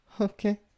okay